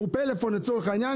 אם הוא פלאפון לצורך העניין,